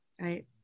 right